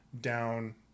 down